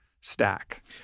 stack